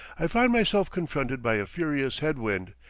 i find myself confronted by a furious head-wind,